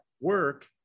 work